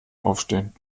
aufstehen